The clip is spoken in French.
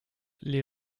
les